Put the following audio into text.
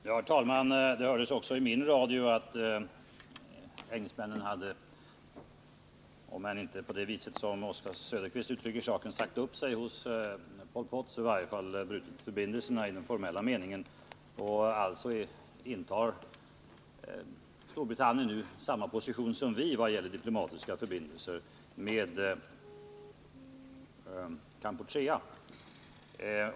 Herr talman! Det hördes också i min radio att engelsmännen hade om inte, som Oswald Söderqvist uttrycker saken, ”sagt upp sig hos Pol Pot”, så i varje fall i formell mening brutit förbindelserna. Storbritannien intar nu alltså samma position som vi när det gäller diplomatiska förbindelser med Kampuchea.